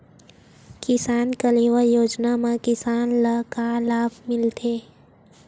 किसान कलेवा योजना म किसान ल का लाभ मिलथे?